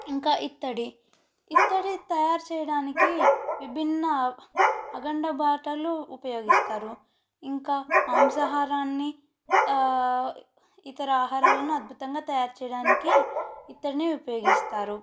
ఇంకా ఇత్తడి ఇత్తడి తయారు చేయడానికి విభిన్న అగండ బాటలు ఉపయోగిస్తారు ఇంకా మాంసాహారాన్ని ఇతర ఆహారాలను అద్భుతంగా తయారు చేయడానికి ఇత్తడిని ఉపయోగిస్తారు